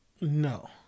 No